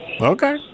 Okay